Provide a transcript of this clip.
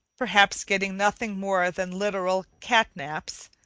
perhaps getting nothing more than literal cat-naps,